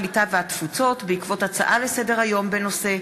הקליטה והתפוצות בעקבות דיון בהצעות לסדר-היום בנושא: